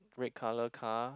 red colour car